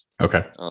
Okay